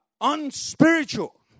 unspiritual